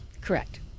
Correct